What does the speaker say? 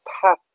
path